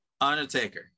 Undertaker